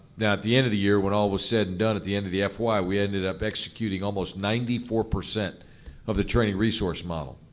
the end of the year, when all was said and done, at the end of the fy, we ended up executing almost ninety four percent of the training resource model.